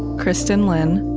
kristin lin,